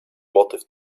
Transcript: motyw